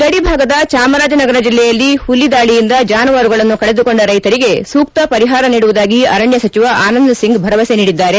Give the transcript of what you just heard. ಗಡಿಭಾಗದ ಚಾಮರಾಜನಗರ ಜಿಲ್ಲೆಯಲ್ಲಿ ಹುಲಿದಾಳಿಯಿಂದ ಚಾನುವಾರುಗಳನ್ನು ಕಳೆದುಕೊಂಡ ರೈತರಿಗೆ ಸೂಕ್ತ ಪರಿಹಾರ ನೀಡುವುದಾಗಿ ಅರಣ್ಣ ಸಚಿವ ಆನಂದ್ ಸಿಂಗ್ ಭರವಸೆ ನೀಡಿದ್ದಾರೆ